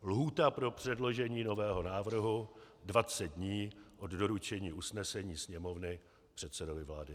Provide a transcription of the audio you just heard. Lhůta pro předložení nového návrhu 20 dní od doručení usnesení Sněmovny předsedovi vlády.